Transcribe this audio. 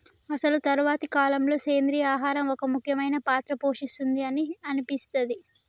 అసలు తరువాతి కాలంలో, సెంద్రీయ ఆహారం ఒక ముఖ్యమైన పాత్ర పోషిస్తుంది అని అనిపిస్తది